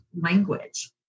language